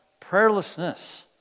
Prayerlessness